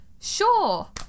Sure